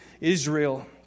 Israel